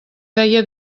feia